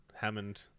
Hammond